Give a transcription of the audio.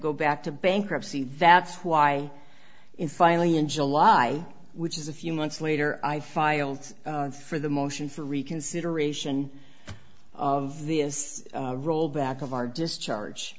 go back to bankruptcy that's why in finally in july which is a few months later i filed for the motion for reconsideration of the rollback of our discharge